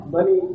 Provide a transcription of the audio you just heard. Money